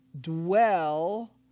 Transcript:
dwell